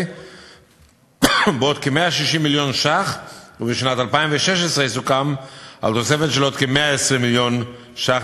אני אומר לפרוטוקול שחבר הכנסת איציק שמולי אינו נוכח,